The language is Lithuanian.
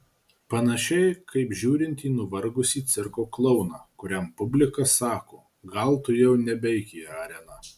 panašiai kaip žiūrint į nuvargusį cirko klouną kuriam publika sako gal tu jau nebeik į areną